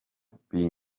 being